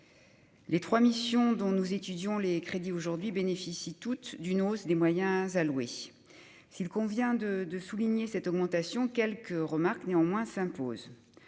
les trois missions dont nous étudions les crédits aujourd'hui bénéficient toutes d'une hausse des moyens alloués. S'il convient de souligner cette augmentation, quelques remarques s'imposent